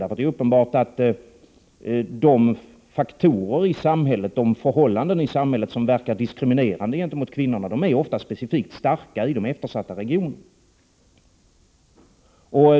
Det är nämligen uppenbart att de faktorer och förhållanden i samhället som verkar diskriminerande gentemot kvinnorna oftast framträder specifikt i de eftersatta regionerna.